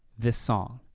this song.